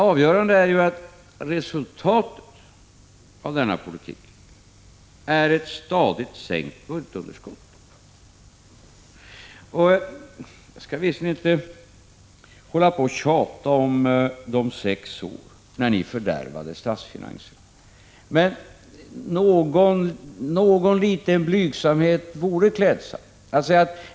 Avgörande är ju att resultatet av denna politik är ett stadigt sänkt budgetunderskott. Jag skall visserligen inte hålla på att tjata om de sex år då ni fördärvade statsfinanserna, men någon liten blygsamhet vore klädsam.